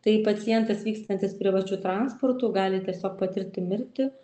tai pacientas vykstantis privačiu transportu gali tiesiog patirti mirtį